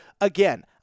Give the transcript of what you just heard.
again